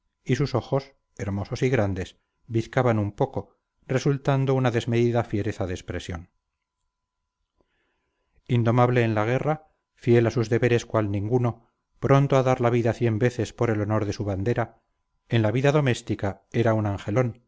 y sus ojos hermosos y grandes bizcaban un poco resultando una desmedida fiereza de expresión indomable en la guerra fiel a sus deberes cual ninguno pronto a dar la vida cien veces por el honor de su bandera en la vida doméstica era un angelón y